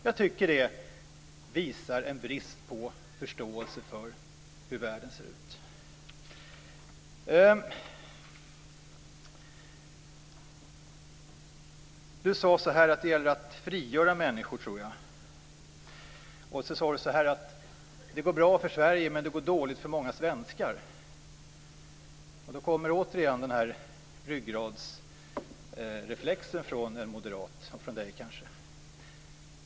Jag tycker att det visar en brist på förståelse för hur världen ser ut. Bo Lundgren sade att det gäller att frigöra människor. Sedan sade han att det går bra för Sverige men det går dåligt för många svenskar. Här kommer återigen den här ryggradsreflexen från en moderat och kanske från Bo Lundgren.